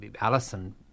Alison